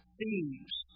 thieves